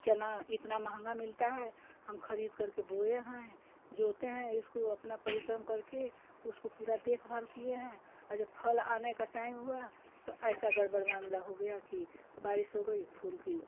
चना इतना महँगा मिलता है हम खरीद करके बोए हैं जोते हैं इसको अपना परिश्रम करके उसको पूरा देखभाल किए हैं और जब फल आने का टाइम हुआ तो ऐसा गड़बड़ मामला हो गया कि बारिश हो गई फूल की